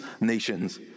nations